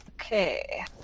Okay